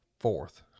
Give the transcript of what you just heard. fourth